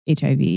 HIV